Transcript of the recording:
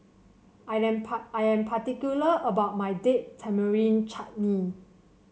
T am I am particular about my Date Tamarind Chutney